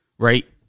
Right